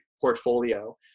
portfolio